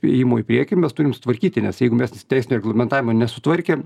ėjimo į priekį mes turim sutvarkyti nes jeigu mes teisinio reglamentavimo nesutvarkėm